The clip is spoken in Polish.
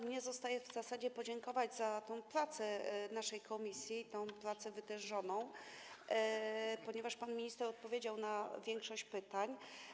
Mnie zostaje w zasadzie podziękować za tę pracę naszej komisji, tę wytężoną pracę, ponieważ pan minister odpowiedział na większość pytań.